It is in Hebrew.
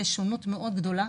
יש שונות מאוד גדולה,